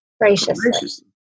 Graciously